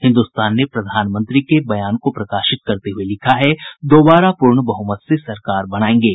हिन्दुस्तान ने प्रधानमंत्री के बयान को प्रकाशित करते हुये लिखा है दोबारा पूर्ण बहुमत से सरकार बनायेंगे